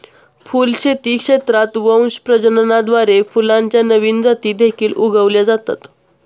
फुलशेती क्षेत्रात वंश प्रजननाद्वारे फुलांच्या नवीन जाती देखील उगवल्या जातात